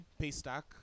paystack